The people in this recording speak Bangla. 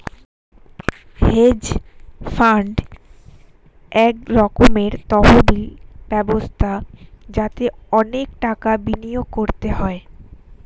হেজ ফান্ড এক রকমের তহবিল ব্যবস্থা যাতে অনেক টাকা বিনিয়োগ করতে হয়